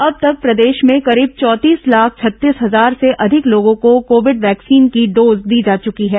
अब तक प्रदेश में करीब चौंतीस लाख छत्तीस हजार से अधिक लोगों को कोविड वैक्सीन की डोज दी जा चुकी है